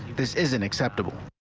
this is unacceptable.